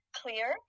clear